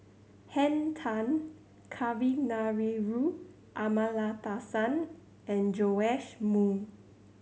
Henn Tan Kavignareru Amallathasan and Joash Moo